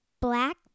black